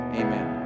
amen